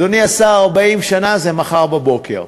אדוני השר, 40 שנה זה מחר בבוקר,